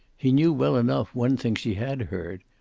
he knew well enough one thing she had heard.